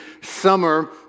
summer